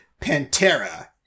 Pantera